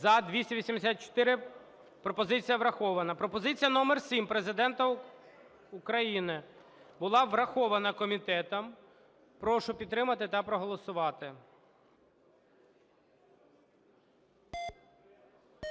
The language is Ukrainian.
За-284 Пропозиція врахована. Пропозиція номер сім Президента України, була врахована комітетом. Прошу підтримати та проголосувати.